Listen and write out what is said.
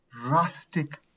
rustic